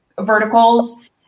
verticals